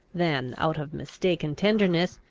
than, out of mistaken tenderness,